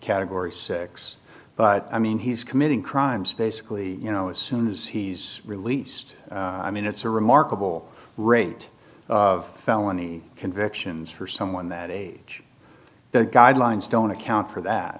category six but i mean he's committing crimes basically you know as soon as he's released i mean it's a remarkable rate of felony convictions for someone that age the guidelines don't account for that